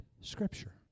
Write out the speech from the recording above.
scripture